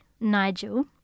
Nigel